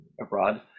abroad